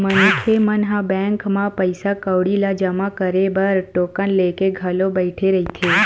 मनखे मन ह बैंक म पइसा कउड़ी ल जमा करे बर टोकन लेके घलोक बइठे रहिथे